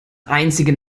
einzige